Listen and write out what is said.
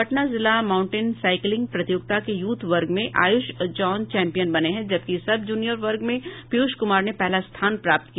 पटना जिला mountain cycling प्रतियोगिता के यूथ वर्ग में आयूष जॉन चैम्पियन बने हैं जबकि सब जूनियर वर्ग में पीयूष कुमार ने पहला स्थान प्राप्त किया